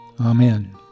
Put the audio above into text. Amen